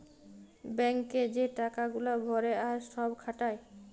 bank এ যে টাকা গুলা ভরে আর সব খাটায়